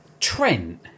Trent